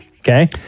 Okay